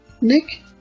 Nick